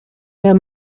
mehr